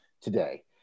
today